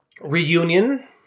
Reunion